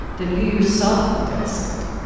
that you yourself will get sick,